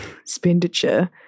expenditure